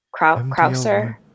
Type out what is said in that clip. Krausser